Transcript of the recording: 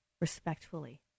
respectfully